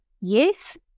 yes